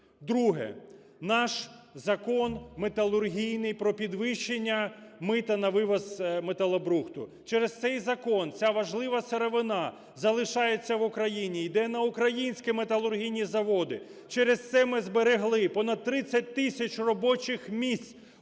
Друге. Наш Закон металургійний про підвищення мита на вивіз металобрухту. Через цей закон ця важлива сировина залишається в Україні, йде на українські металургійні заводи, через це ми зберегли понад 30 тисяч робочих місць